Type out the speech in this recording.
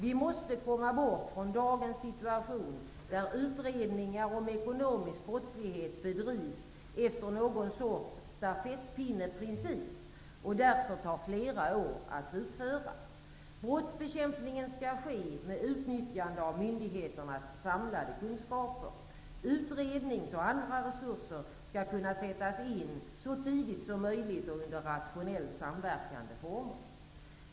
Vi måste komma bort från dagens situation där utredningar om ekonomisk brottslighet bedrivs efter någon sorts stafettpinneprincip och därför tar flera år att slutföra. Brottsbekämpningen skall ske med utnyttjande av myndigheternas samlade kunskaper. Utrednings och andra resurser skall kunna sättas in så tidigt som möjligt och under rationellt samverkande former.